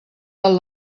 del